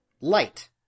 light